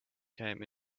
came